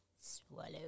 Swallow